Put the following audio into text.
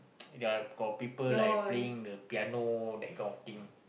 there are got people like playing the piano that kind of thing